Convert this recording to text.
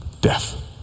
Death